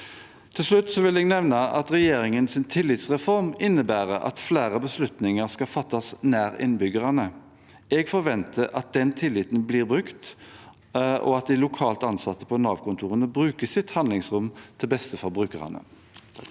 Til slutt vil jeg nevne at regjeringens tillitsreform innebærer at flere beslutninger skal fattes nær innbyggerne. Jeg forventer at den tilliten blir brukt, og at de lokalt ansatte på Nav-kontorene bruker sitt handlingsrom til beste for brukerne.